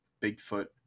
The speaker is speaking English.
Bigfoot